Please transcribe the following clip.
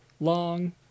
long